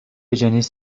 جنیس